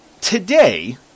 today